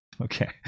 okay